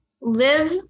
live